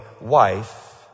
wife